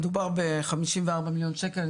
מדובר בחמישים וארבע מיליון שקל.